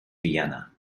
vienna